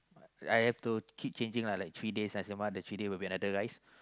I have to keep changing uh like three days nasi-lemak the three day will be another rice